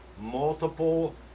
multiple